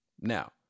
Now